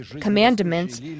commandments